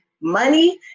money